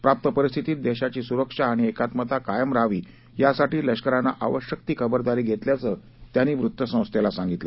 प्राप्त परिस्थितीत देशाची सुरक्षा आणि एकात्मता कायम राहावी यासाठी लष्करानं आवश्यक ती खबरदारी घेतल्याचं त्यांनी वृत्तसंस्थेला सांगितलं